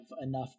enough